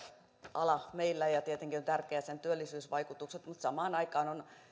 ala meillä tietenkin tärkeitä ovat sen työllisyysvaikutukset mutta samaan aikaan on